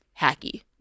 hacky